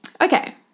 Okay